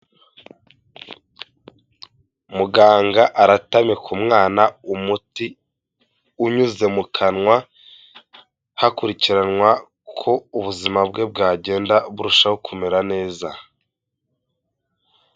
Muganga aratamika umwana umuti unyuze mu kanwa, hakurikiranwa ko ubuzima bwe bwagenda burushaho kumera neza.